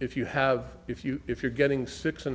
if you have if you if you're getting six and